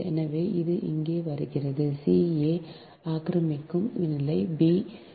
எனவே அது இங்கே வருகிறது c a ஆக்கிரமிக்கும் நிலை b